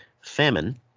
Famine